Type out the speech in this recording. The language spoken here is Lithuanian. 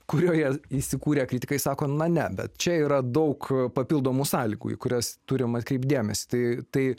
kurioje įsikūrę kritikai sako na ne bet čia yra daug papildomų sąlygų į kurias turime atkreipti dėmesį tai tai